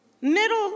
Middle